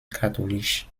katholisch